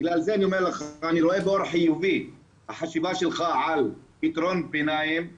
בגלל זה אני אומר אני רואה באור חיובי החשיבה שלך על פתרון ביניים.